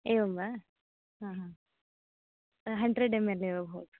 एवं वा हा हा हण्ड्रेड् एम् एल् एव भवतु